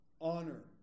honor